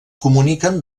comuniquen